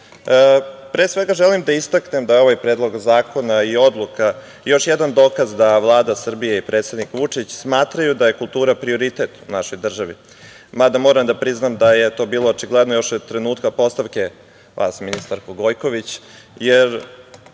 pre svega želim da istaknem da je ovaj Predlog zakona i odluka još jedan dokaz da Vlada Srbije i predsednik Vučić smatraju da je kultura prioritet u našoj državi. Mada moram da priznam da je to bilo očigledno još od trenutka postavke vas ministarko Gojković, jer